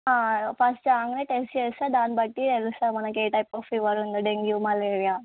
first రాగానే test చేస్తాను దాని బట్టి తెలుస్తుంది మనకి ఏ టైప్ ఆఫ్ ఫీవర్ ఉందో డెంగ్యూ మలేరియా